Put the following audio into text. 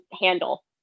handle